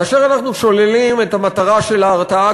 כאשר אנחנו שוללים את המטרה של ההרתעה,